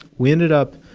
we ended up